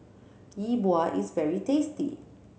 Yi Bua is very tasty